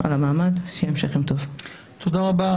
תודה רבה.